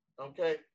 Okay